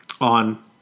on